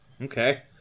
Okay